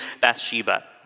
Bathsheba